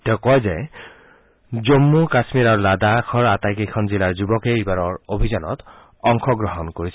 তেওঁ কয় জম্ম কাম্মীৰ আৰু লাডাখৰ আটাইকেইখন জিলাৰ যুৱকে এইবাৰৰ অভিযানত অংশগ্ৰহণ কৰিছে